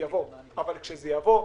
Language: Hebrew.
כשזה יבוא,